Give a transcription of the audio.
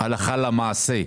הלכה למעשה.